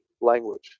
language